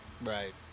Right